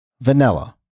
vanilla